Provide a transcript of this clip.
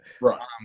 right